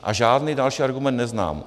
A žádný další argument neznám.